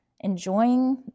enjoying